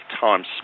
times